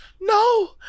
No